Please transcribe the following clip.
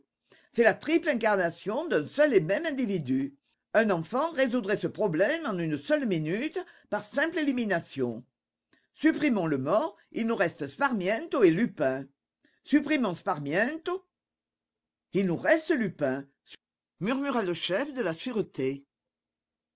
c'est la triple incarnation d'un seul et même individu un enfant résoudrait ce problème en une minute par simple élimination supprimons le mort il nous reste sparmiento et lupin supprimons sparmiento il nous reste lupin murmura le chef de la sûreté